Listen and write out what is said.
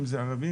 אם זה ערבים.